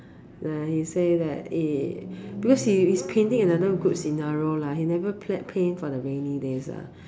then he say that {eh] because he's painting in another good scenario lah he never paint for the rainy days lah